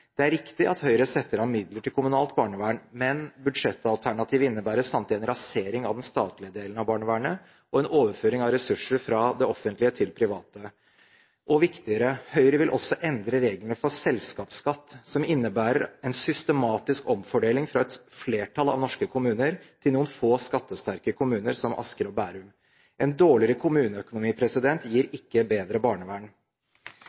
Det er riktig at Høyre setter av midler til kommunalt barnevern, men budsjettalternativet innebærer samtidig en rasering av den statlige delen av barnevernet og en overføring av ressurser fra det offentlige til det private – og viktigere: Høyre vil også endre reglene for selskapsskatt, som innebærer en systematisk omfordeling fra et flertall av norske kommuner til noen få skattesterke kommuner, som Asker og Bærum. En dårligere kommuneøkonomi gir